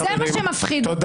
אביחי ומירב, תודה.